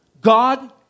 God